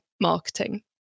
marketing